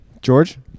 George